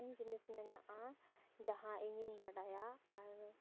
ᱱᱚᱝᱠᱟᱱ ᱡᱤᱱᱤᱥ ᱢᱮᱱᱟᱜᱼᱟ ᱡᱟᱦᱟᱸ ᱤᱧᱤᱧ ᱵᱟᱰᱟᱭᱟ ᱟᱨ